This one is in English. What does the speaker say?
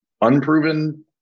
unproven